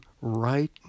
right